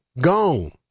Gone